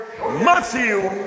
Matthew